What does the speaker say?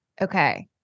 Okay